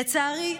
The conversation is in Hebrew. לצערי,